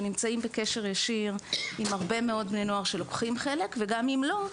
שנמצאים בקשר ישיר עם הרבה מאוד בני נוער שלוקחים חלק וגם אם לא,